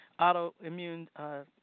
autoimmune